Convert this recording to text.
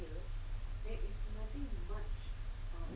you know they don't